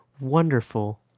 wonderful